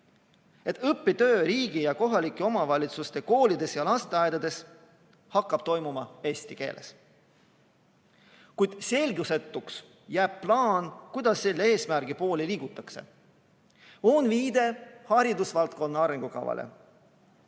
et õppetöö riigi ja kohalike omavalitsuste koolides ja lasteaedades hakkab toimuma eesti keeles. Kuid selgusetuks jääb plaan, kuidas selle eesmärgi poole liigutakse. On viide haridusvaldkonna arengukavale.